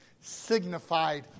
signified